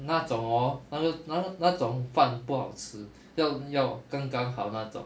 那种 hor 那个那个那种饭不好吃要要刚刚好那种